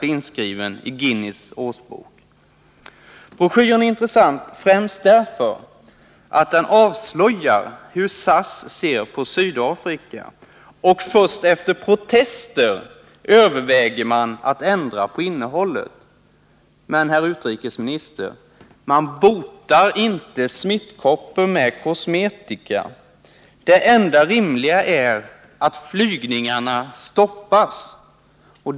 Om åtgärder för Broschyren är intressant främst därför att den avslöjar hur SAS ser på — att stoppa SAS Sydafrika. Och först efter protester överväger man att ändra på innehållet. — flygningar på Syd Men, herr utrikesminister, man botar inte smittkoppor med kosmetika. Det afrika, m.m. enda rimliga är att flygningarna stoppas.